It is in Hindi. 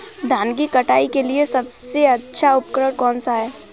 धान की कटाई के लिए सबसे अच्छा उपकरण कौन सा है?